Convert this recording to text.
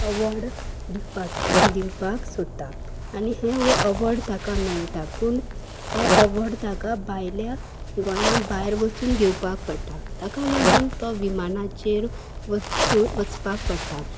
award दिवपाक दिवपाक सोदता आनी हें हो अवोर्ड ताका मेळटा पूण हो अवॉड ताका बायल्या गोंयां भायर वचून घेवपाक पडटा ताका लागून तो विमानाचेर वच वचपाक पडटा